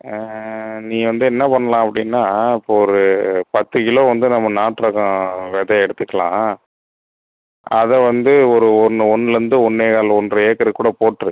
நீங்கள் வந்து என்ன பண்ணலாம் அப்படினா இப்போ ஒரு பத்து கிலோ வந்து நம்ம நாட்டு ரகம் வித எடுத்துக்கலாம் அதை வந்து ஒரு ஒன்று ஒன்றுலேர்ந்து ஒன்னேகால் ஒன்றை ஏக்கருக் கூட போட்ரு